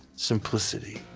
simplicity.